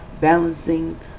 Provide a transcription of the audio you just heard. balancing